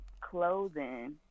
clothing